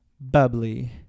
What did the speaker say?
Bubbly